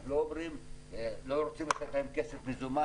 אנחנו לא רוצים לתת להם כסף מזומן,